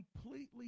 completely